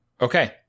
Okay